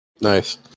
Nice